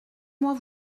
moi